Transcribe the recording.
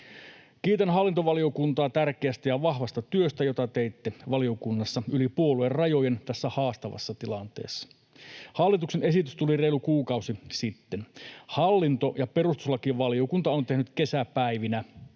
Kiitän hallintovaliokuntaa tärkeästä ja vahvasta työstä, jota teitte valiokunnassa yli puoluerajojen tässä haastavassa tilanteessa. Hallituksen esitys tuli reilu kuukausi sitten. Hallinto‑ ja perustuslakivaliokunta ovat tehneet kesäpäivinä